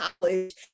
college